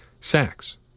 sacks